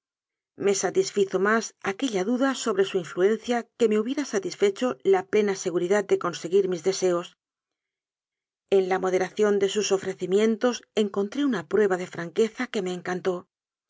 me satisfizo más aquella duda sobre su influencia que me hubiera satisfecho la plena seguridad de conseguir mis de seos en la moderación de sus ofrecimientos en contré una prueba de franqueza que me encantó